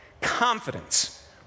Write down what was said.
Confidence